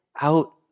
out